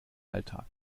alltag